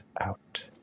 out